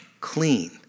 clean